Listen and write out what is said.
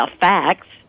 facts